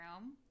room